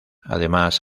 además